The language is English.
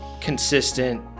consistent